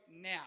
now